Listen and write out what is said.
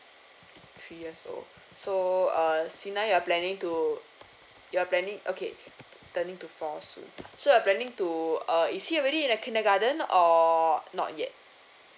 three years old so uh Sina you're planning to you're planning okay turning to four soon you're planning to uh is he already in a kindergarten or not yet